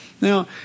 Now